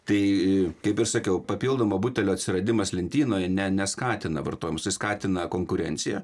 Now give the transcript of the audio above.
tai kaip ir sakiau papildomo butelio atsiradimas lentynoje ne neskatina vartojimo skatina konkurenciją